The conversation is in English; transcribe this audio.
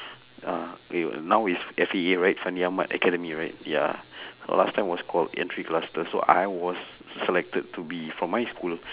uh wait now is F_A_A right fandi-ahmad academy right ya so last time was called entry cluster so I was s~ selected to be for my school